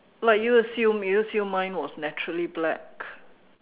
like you assume you assume mine was naturally black